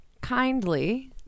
kindly